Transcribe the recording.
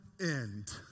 end